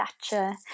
stature